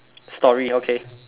story okay